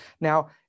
Now